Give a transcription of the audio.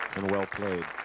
and well played.